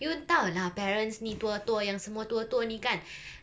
you tahu lah parents ni tua-tua yang semua tua-tua ni kan